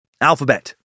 Alphabet